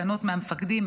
מתנות מהמפקדים,